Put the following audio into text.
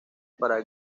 para